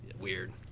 weird